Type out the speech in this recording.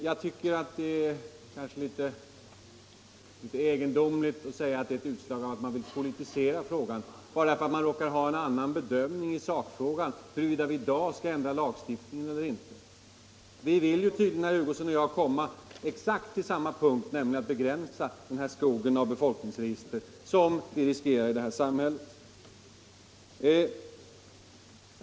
Jag tycker att det är egendomligt att säga att vi vill politisera frågan, därför att vi i dag har en annan bedömning i sakfrågan huruvida man skall ändra lagstiftningen eller inte. Herr Hugosson och jag vill tydligen ändå komma till exakt samma punkt, nämligen en begränsning av den flod av befolkningsregister som vi riskerar i det här samhället.